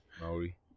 Maori